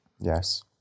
Yes